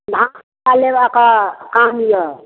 धान निकालयबाके काम यए